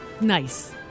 Nice